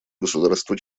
государства